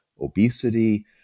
obesity